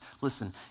Listen